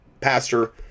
Pastor